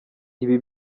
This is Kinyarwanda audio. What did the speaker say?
ibi